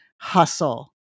hustle